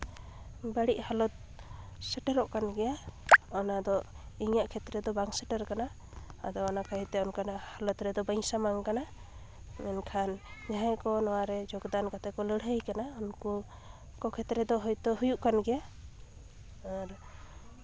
ᱵᱟᱹᱲᱤᱡ ᱦᱟᱞᱚᱛ ᱥᱮᱴᱮᱨᱚᱜ ᱠᱟᱱ ᱜᱮᱭᱟ ᱚᱱᱟᱫᱚ ᱤᱧᱟᱹᱜ ᱠᱷᱮᱛᱨᱮ ᱫᱚ ᱵᱟᱝ ᱥᱮᱴᱮᱨ ᱠᱟᱱᱟ ᱟᱫᱚ ᱚᱱᱟ ᱠᱷᱟᱹᱛᱤᱨ ᱛᱮ ᱚᱱᱠᱟᱱᱟᱜ ᱦᱟᱞᱚᱛ ᱨᱮᱫᱚ ᱵᱟᱹᱧ ᱥᱟᱢᱟᱝ ᱠᱟᱱᱟ ᱢᱮᱱᱠᱷᱟᱱ ᱡᱟᱦᱟᱸᱭ ᱠᱚ ᱱᱚᱣᱟᱨᱮ ᱡᱳᱜᱽ ᱫᱟᱱ ᱠᱟᱛᱮ ᱠᱚ ᱞᱟᱹᱲᱦᱟᱹᱭ ᱠᱟᱱᱟ ᱩᱱᱠᱩ ᱠᱚ ᱠᱷᱮᱛᱨᱮ ᱫᱚ ᱦᱚᱭᱛᱳ ᱦᱩᱭᱩᱜ ᱠᱟᱱ ᱜᱮᱭᱟ ᱟᱨ